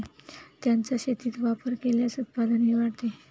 त्यांचा शेतीत वापर केल्यास उत्पादनही वाढते